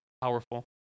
powerful